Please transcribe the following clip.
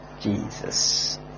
Jesus